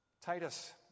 Titus